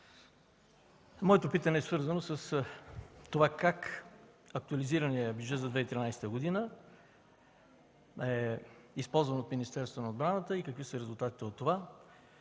Питането ми е свързано с това как актуализираният бюджет за 2013 г. е използван от Министерството на отбраната и какви са резултатите от това.